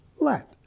let